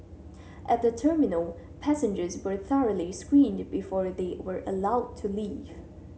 at the terminal passengers were thoroughly screened before they were allowed to leave